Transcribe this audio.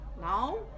now